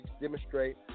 demonstrate